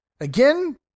Again